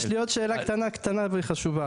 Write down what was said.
יש לי עוד שאלה קטנה קטנה וחשובה.